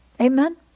Amen